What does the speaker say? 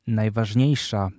najważniejsza